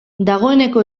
dagoeneko